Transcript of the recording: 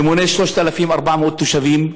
שמונה 3,400 תושבים,